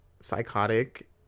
psychotic